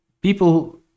people